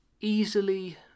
easily